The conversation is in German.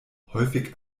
häufig